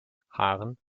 haaren